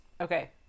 Okay